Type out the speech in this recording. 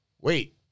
wait